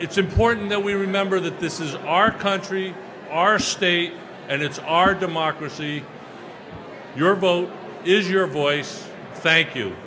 it's important that we remember that this is our country our state and it's our democracy your vote is your voice thank you